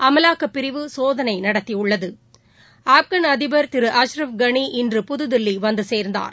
அமலாக்கப் பிரிவு சோதனைநடத்தியுள்ளது ஆப்கான் அதிபர் திரு அஸ்ரப் கனி இன்று புதுதில்லிவந்துசேர்ந்தார்